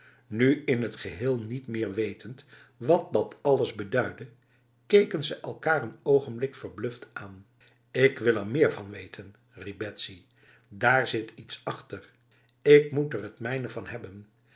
nu in t geheel niet meer wetend wat dat alles beduidde keken ze elkaar een ogenblik verbluft aan ik wil er meer van weten riep betsy daar zit iets achter ik moet er het mijne van hebben